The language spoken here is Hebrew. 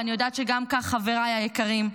ואני יודעת שכך גם חבריי היקרים,